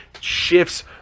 shifts